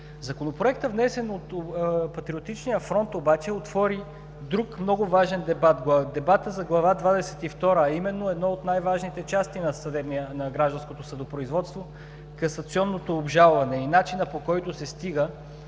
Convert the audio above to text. Законопроектът, внесен от „Патриотичния фронт“, обаче отвори друг много важен дебат за Глава двадесет и втора, а именно една от най-важните части на гражданското съдопроизводство – касационното обжалване, начинът, по който се стига,